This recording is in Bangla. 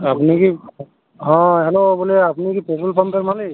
আপনি কি হাঁ হ্যালো বলে আপনি কি পেট্রোল পাম্পের মালিক